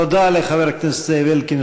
תודה לחבר הכנסת זאב אלקין,